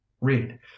read